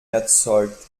erzeugt